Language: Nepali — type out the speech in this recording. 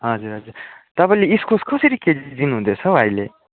हजुर हजुर तपाईँले इस्कुस कसरी केजी दिनु हुँदैछ हौ अहिले